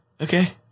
Okay